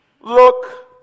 Look